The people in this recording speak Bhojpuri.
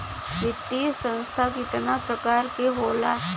वित्तीय संस्था कितना प्रकार क होला?